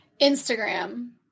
Instagram